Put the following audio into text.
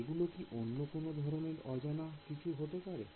এগুলো কি অন্য কোন ধরনের অজানা কিছু হতে পারে